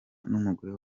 n’umugore